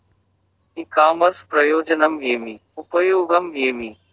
ఇ commerce ప్రయోజనం ఏమి? ఉపయోగం ఏమి?